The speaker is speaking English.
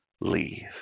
Leave